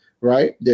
Right